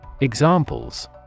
Examples